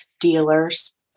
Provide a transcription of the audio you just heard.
dealers